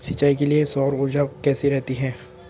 सिंचाई के लिए सौर ऊर्जा कैसी रहती है?